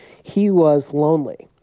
he was lonely.